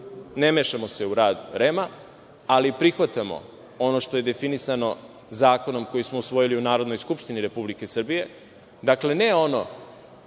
ne mešamo u rad REM-a, ali prihvatamo ono što je definisano zakonom koji smo usvojili u Narodnoj skupštini Republike Srbije. Dakle, ne ono